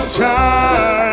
time